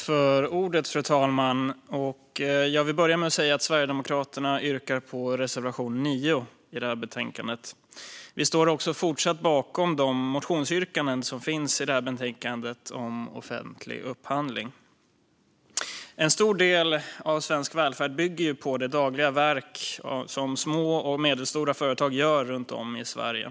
Fru talman! Jag vill börja med att yrka bifall till reservation 9 i betänkandet. Sverigedemokraterna står också fortsatt bakom de motionsyrkanden som finns i det här betänkandet om offentlig upphandling. En stor del av svensk välfärd bygger på det dagliga verk som små och medelstora företag gör runt om i Sverige.